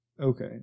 Okay